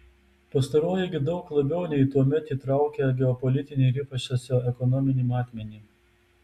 pastaroji gi daug labiau nei tuomet įtraukia geopolitinį ir ypač socioekonominį matmenį